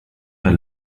mehr